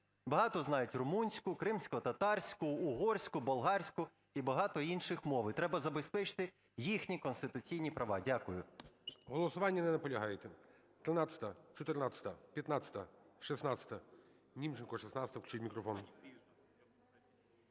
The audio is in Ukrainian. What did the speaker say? багато знають румунську, кримськотатарську, угорську, болгарську і багато інших мов, і треба забезпечити їхні конституційні права. Дякую. ГОЛОВУЮЧИЙ. На голосуванні не наполягаєте. 13-а. 14-а. 15-а. 16-а. Німченко, 16-а, включіть мікрофон.